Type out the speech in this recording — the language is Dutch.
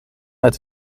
het